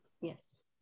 Yes